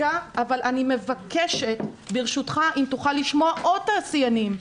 אני מבקשת, ברשותך, אם תוכל לשמוע עוד תעשיינים.